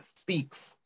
Speaks